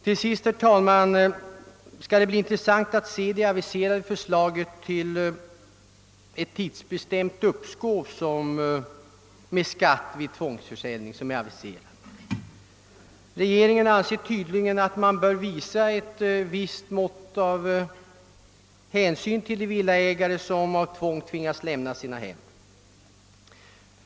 Det skall, herr talman, bli intressant att ta del av det aviserade förslaget till ett tidsbestämt uppskov med skatt vid tvångsförsäljning. Regeringen ansertydligen att man bör visa ett visst mått av hänsyn till de villaägare, som av tvång måste lämna sina hem.